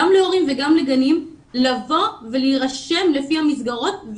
גם להורים וגם לגנים, לבוא ולהירשם לפי המסגרות.